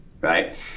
right